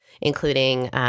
including